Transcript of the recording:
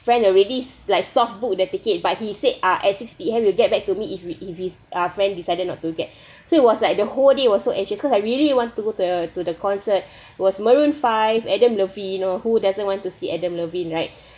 friend already is like soft book their ticket but he said are at sixty we'll get back to me if if it's our friend decided not to get so it was like the whole day was so anxious because I really wanted to go to the to the concert was maroon five adam levine or who doesn't want to see adam levine right